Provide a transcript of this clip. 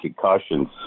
concussions